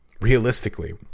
Realistically